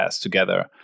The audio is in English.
together